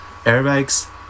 Airbag's